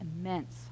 immense